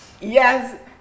Yes